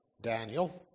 Daniel